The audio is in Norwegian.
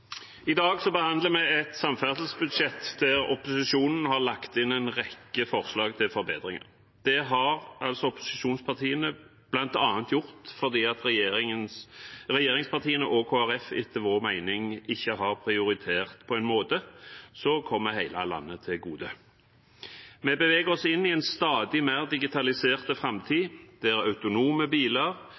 I dag behandler vi et samferdselsbudsjett der opposisjonen har lagt inn en rekke forslag til forbedringer. Det har opposisjonspartiene bl.a. gjort fordi regjeringspartiene og Kristelig Folkeparti etter vår mening ikke har prioritert på en måte som kommer hele landet til gode. Vi beveger oss inn i en stadig mer digitalisert framtid der autonome biler